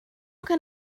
can